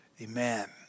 amen